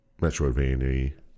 Metroidvania